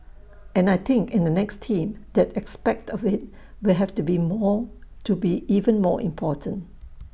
and I think in the next team that aspect of IT will have to be more to be even more important